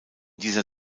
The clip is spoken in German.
dieser